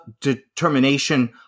determination